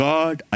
God